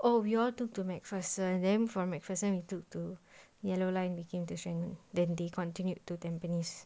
oh we all took to macpherson then from macpherson we took to yellow line making design then they continued to tampines